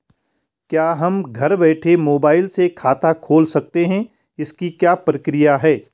क्या हम घर बैठे मोबाइल से खाता खोल सकते हैं इसकी क्या प्रक्रिया है?